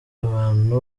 abantu